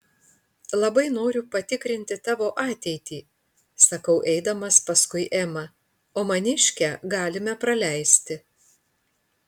labai noriu patikrinti tavo ateitį sakau eidamas paskui emą o maniškę galime praleisti